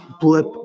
blip